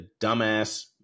dumbass